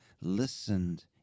listened